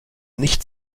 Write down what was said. nicht